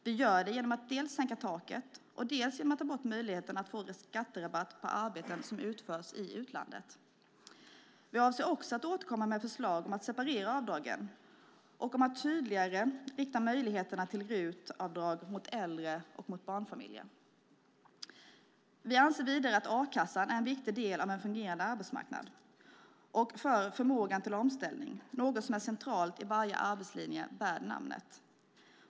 Vi gör det genom att sänka taket och genom att ta bort möjligheten att få skatterabatt på arbeten som utförs i utlandet. Vi avser också att återkomma med förslag om att separera avdragen och om att tydligare rikta möjligheterna till RUT-avdrag mot äldre och mot barnfamiljer. Vi anser vidare att a-kassan är en viktig del för en fungerande arbetsmarknad och för förmågan till omställning. Det är något som är centralt i varje arbetslinje värd namnet.